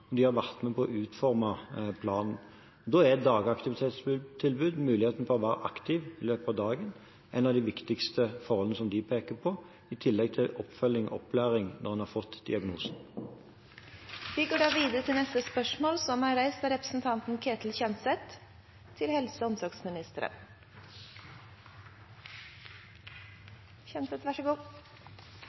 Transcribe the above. de har vært med på å utforme planen. Da er dagaktivitetstilbud, muligheten for å være aktiv i løpet av dagen, et av de viktigste forholdene de peker på, i tillegg til oppfølging og opplæring når man har fått diagnosen. Jeg håper statsrådens blodsukker holder til et spørsmål